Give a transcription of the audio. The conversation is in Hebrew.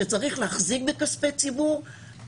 שצריך להחזיק בכספי ציבור,